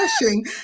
refreshing